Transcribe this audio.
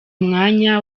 umwanya